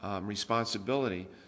responsibility